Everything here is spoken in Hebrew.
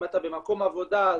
אם אתה במקום עבודה,